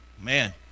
Man